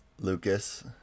Lucas